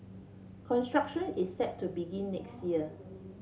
construction is set to begin next year